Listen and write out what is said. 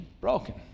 broken